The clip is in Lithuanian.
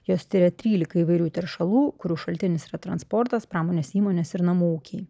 jos tiria trylika įvairių teršalų kurių šaltinis yra transportas pramonės įmonės ir namų ūkiai